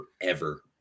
forever